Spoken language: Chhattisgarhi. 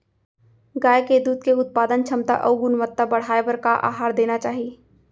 गाय के दूध के उत्पादन क्षमता अऊ गुणवत्ता बढ़ाये बर का आहार देना चाही?